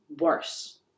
worse